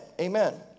Amen